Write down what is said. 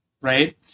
right